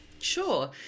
Sure